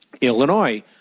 Illinois